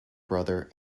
brother